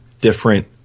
different